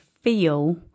feel